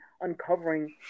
uncovering